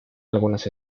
algunas